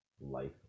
life